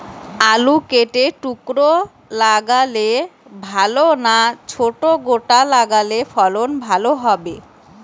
আলু কেটে টুকরো লাগালে ভাল না ছোট গোটা লাগালে ফলন ভালো হবে?